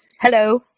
Hello